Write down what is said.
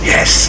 Yes